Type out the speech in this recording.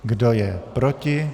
Kdo je proti?